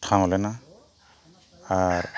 ᱴᱷᱟᱶ ᱞᱮᱱᱟ ᱟᱨ